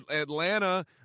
Atlanta